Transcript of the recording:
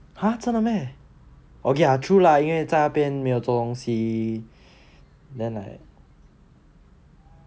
!huh! 真的 meh okay lah true lah 因为在那边没有做东西 then like